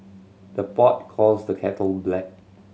the pot calls the kettle black